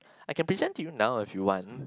I can present to you now if you want